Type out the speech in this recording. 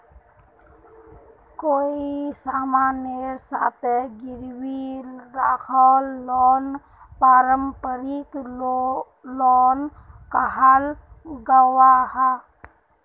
कोए सामानेर साथे गिरवी राखाल लोन पारंपरिक लोन कहाल गयाहा